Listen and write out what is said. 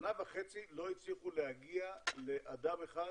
שנה וחצי לא הצליחו להגיע לאדם אחד